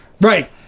Right